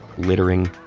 littering,